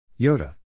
Yoda